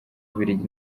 bubiligi